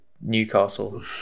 Newcastle